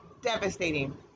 devastating